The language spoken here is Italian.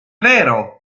vero